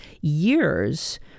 years